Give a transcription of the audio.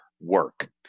work